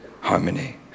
Harmony